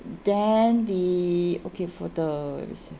then the okay for the